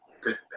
good